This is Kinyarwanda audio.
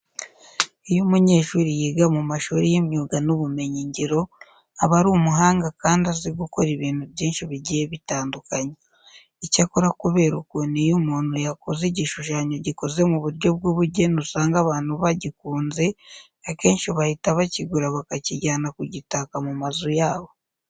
Iyo umunyeshuri yiga mu mashuri y'imyuga n'ubumenyingiro, aba ari umuhanga kandi azi gukora ibintu byinshi bigiye bitadukanye. Icyakora kubera ukuntu iyo umuntu yakoze igishushanyo gikoze mu buryo bw'ubugeni usanga abantu bagikunze, akenshi bahita bakigura bakakijyana ku gitaka mu mazu yabo.